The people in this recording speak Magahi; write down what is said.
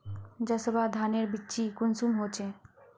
जसवा धानेर बिच्ची कुंसम होचए?